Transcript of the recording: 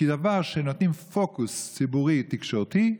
כי דבר שנותנים לו פוקוס ציבורי, תקשורתי,